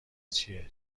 چیه